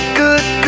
good